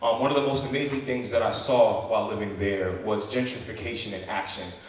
one of the most amazing things that i saw while living there was gentrification in action.